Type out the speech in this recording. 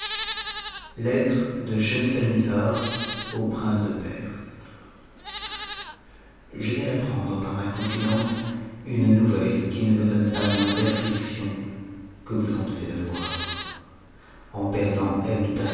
lettite de schemselnthar au prince de t'ebse je viens d'apprendre par ma confidente une nouvelle qui ne me donne pas moins d'asiiction que vous en devez avoir en perdant